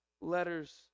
letters